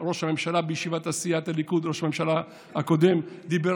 בישיבת סיעת הליכוד ראש הממשלה הקודם דיבר